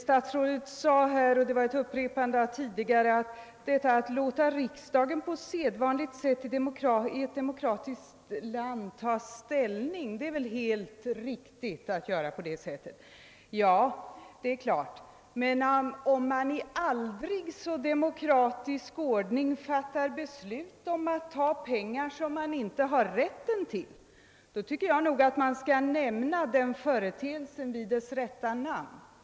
Statsrådet sade, och det var ett upprepande, att det väl är helt riktigt att låta riksdagen ta ställning på sedvanligt sätt i ett demokratiskt land. Ja, det är klart, men om man i aldrig så demokratisk ordning fattar beslut att ta pengar som man inte har rätten till tycker jag nog, att man skall nämna den företeelsen vid dess rätta namn.